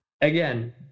Again